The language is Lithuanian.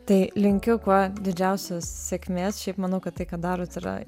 tai linkiu kuo didžiausios sėkmės šiaip manau kad tai ką darot yra